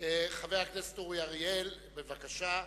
חבר הכנסת אורי אריאל, בבקשה.